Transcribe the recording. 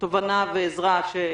תובנה ועזרה.